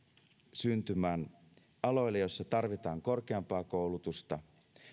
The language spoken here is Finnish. syntymään aloille joilla tarvitaan korkeampaa koulutusta